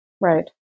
Right